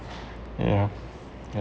ya